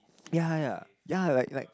yea yea yea like like